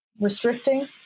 Restricting